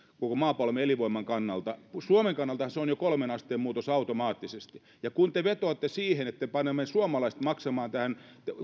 koko maapallomme elinvoiman kannalta suomen kannaltahan se on jo kolmeen asteen muutos automaattisesti ja kun te vetoatte siihen että me panemme suomalaiset maksamaan